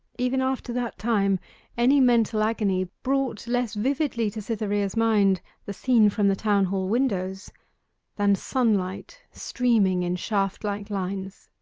even after that time any mental agony brought less vividly to cytherea's mind the scene from the town hall windows than sunlight streaming in shaft-like lines.